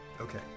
Okay